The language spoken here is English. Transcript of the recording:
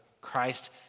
Christ